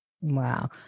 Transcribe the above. Wow